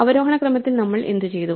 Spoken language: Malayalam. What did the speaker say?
അവരോഹണ ക്രമത്തിൽ നമ്മൾ എന്തുചെയ്തു